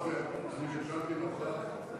בדבר תוכנית חדשה לא נתקבלו.